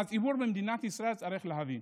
שהציבור במדינת ישראל צריך להבין.